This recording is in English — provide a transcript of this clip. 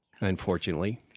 unfortunately